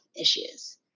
issues